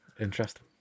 Interesting